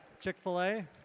Chick-fil-A